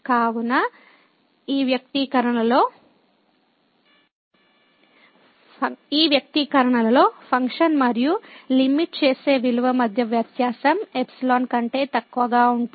కనుక ఈ వ్యక్తీకరణలో ఫంక్షన్ మరియు లిమిట్ చేసే విలువ మధ్య వ్యత్యాసం ϵ కంటే తక్కువగా ఉంటుంది